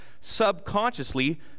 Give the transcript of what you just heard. subconsciously